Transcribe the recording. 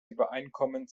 übereinkommen